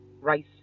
rice